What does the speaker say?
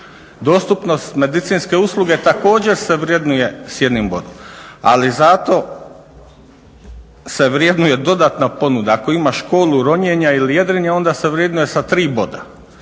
Dostupnost medicinske usluge također se vrednuje s jednim bodom, ali zato se vrednuje dodatna ponuda. Ako ima školu ronjenja ili jedrenja onda se vrednuje sa tri boda.